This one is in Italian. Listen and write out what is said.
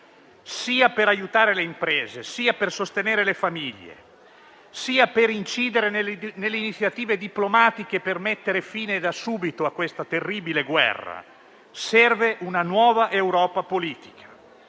Sia per aiutare le imprese, sia per sostenere le famiglie, sia per incidere nelle iniziative diplomatiche per mettere fine da subito a questa terribile guerra serve una nuova Europa politica,